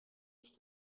ich